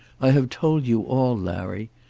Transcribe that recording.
i have told you all, larry,